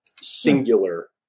singular